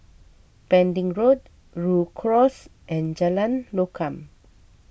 Pending Road Rhu Cross and Jalan Lokam